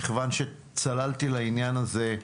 מכיוון שצללתי לעניין הזה,